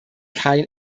kein